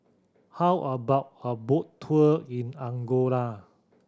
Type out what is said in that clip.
how about a boat tour in Angola